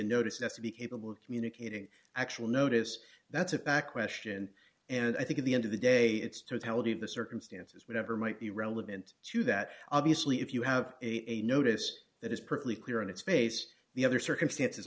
a notice as to be capable of communicating actual notice that's a fact question and i think at the end of the day its totality of the circumstances whatever might be relevant to that obviously if you have a notice that is perfectly clear on its face the other circumstances